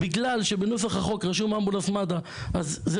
בגלל שבנוסח החוק רשום אמבולנס מד"א אז זה